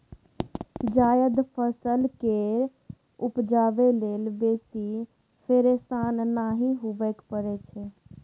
जायद फसल केँ उपजाबै लेल बेसी फिरेशान नहि हुअए परै छै